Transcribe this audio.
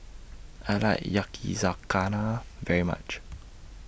I like Yakizakana very much